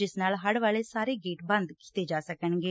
ਜਿਸ ਨਾਲ ਹੜ੍ ਵਾਲੇ ਸਾਰੇ ਗੇਟ ਬੰਦ ਕੀਤੇ ਜਾ ਸਕਣਗੇ